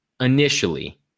initially